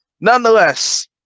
Nonetheless